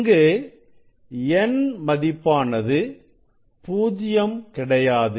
இங்கு n மதிப்பானது பூஜ்ஜியம் கிடையாது